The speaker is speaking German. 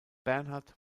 bernhard